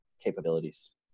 capabilities